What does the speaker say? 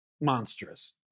monstrous